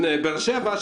באר שבע,